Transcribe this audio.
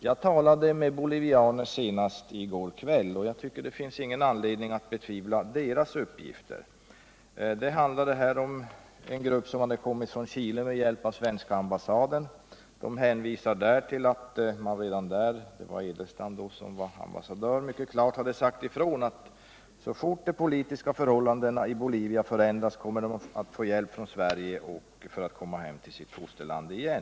Jag talade med bolivianer senast i går kväll, och jag tycker inte att det finns någon anledning att betvivla deras uppgifter. Det handlade här om en grupp som kommit från Chile med hjälp av den svenska ambassaden. De har hänvisat till att man där — Edelstam var ambassadör då — mycket klart sagt ifrån att så fort de politiska förhållandena i Bolivia förändrats skulle de få hjälp från Sverige för att komma hem till sitt fosterland igen.